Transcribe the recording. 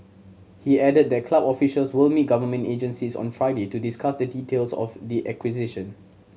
he added that club officials will meet government agencies on Friday to discuss the details of the acquisition